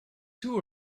two